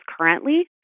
currently